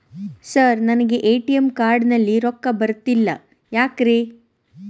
Sir ನನಗೆ ATM card ನಲ್ಲಿ ರೊಕ್ಕ ಬರತಿಲ್ಲ ಯಾಕ್ರೇ?